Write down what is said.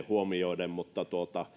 huomioiden mutta